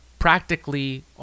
practically